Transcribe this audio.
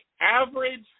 average